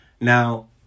Now